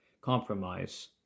Compromise